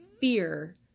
fear